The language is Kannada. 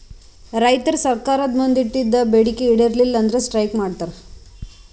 ರೈತರ್ ಸರ್ಕಾರ್ದ್ ಮುಂದ್ ಇಟ್ಟಿದ್ದ್ ಬೇಡಿಕೆ ಈಡೇರಲಿಲ್ಲ ಅಂದ್ರ ಸ್ಟ್ರೈಕ್ ಮಾಡ್ತಾರ್